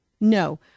No